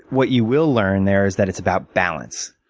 what you will learn there is that it's about balance.